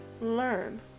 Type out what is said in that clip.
learn